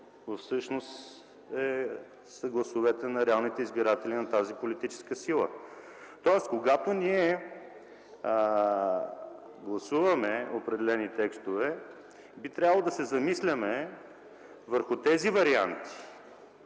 всъщност са гласовете на реалните избиратели на тази политическа сила. Когато ние гласуваме определени текстове, би трябвало да се замислим върху тези варианти.